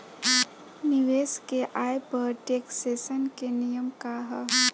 निवेश के आय पर टेक्सेशन के नियम का ह?